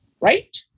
right